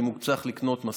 אם הוא צריך לקנות מסכות,